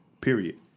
period